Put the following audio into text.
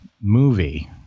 movie